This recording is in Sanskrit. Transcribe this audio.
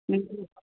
न